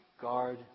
guard